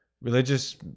religious